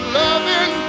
loving